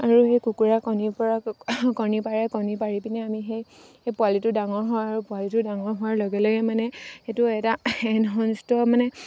আৰু সেই কুকুৰা কণীৰ পৰা কণী পাৰে কণী পাৰি পিনে আমি সেই সেই পোৱালিটো ডাঙৰ হোৱা আৰু পোৱালিটো ডাঙৰ হোৱাৰ লগে লগে মানে সেইটো এটা মানে